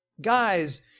Guys